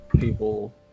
people